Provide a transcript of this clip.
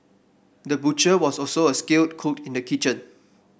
the butcher was also a skilled cook in the kitchen